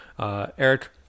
Eric